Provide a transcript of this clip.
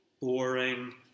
Boring